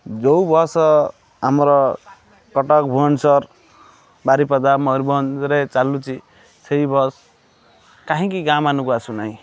ଯେଉଁ ବସ୍ ଆମର କଟକ ଭୁବନେଶ୍ୱର ବାରିପଦା ମୟୂରଭଞ୍ଜରେ ଚାଲୁଛି ସେହି ବସ୍ କାହିଁକି ଗାଁ ମାନଙ୍କୁ ଆସୁନାହିଁ